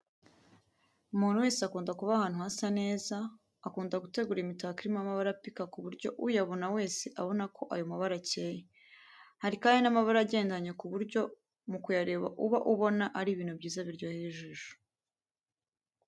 Umuntu wese ukunda kuba ahantu hasa neza akunda gutegura imitako irimo amabara apika ku buryo uyabona wese abonako ayo mabara akeye. Hari kandi n'amabara aba agendanye ku buryo mu kuyareba uba ubona ari ibintu byiza biryoheye ijisho.